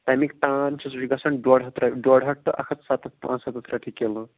تمِکۍ تان چھِ سُہ چھُ گژھان ڈوٚڈ ہَتھ ٹُو اَکھ ہَتھ سَتتھ پٲنٛژھ سَستھ رۄپیہِ کِلوٗ